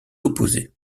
opposait